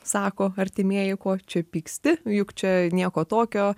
sako artimieji ko čia pyksti juk čia nieko tokio